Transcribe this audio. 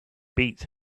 beats